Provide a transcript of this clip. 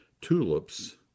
Tulips